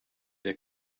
der